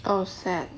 oh sad